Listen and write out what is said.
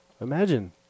Imagine